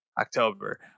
October